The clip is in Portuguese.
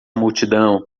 multidão